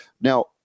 now